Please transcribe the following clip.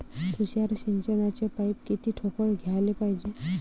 तुषार सिंचनाचे पाइप किती ठोकळ घ्याले पायजे?